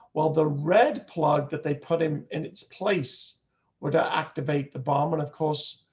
while the red plug that they put him in its place where the activate the bomb. and of course,